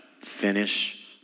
Finish